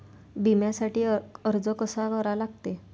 बिम्यासाठी अर्ज कसा करा लागते?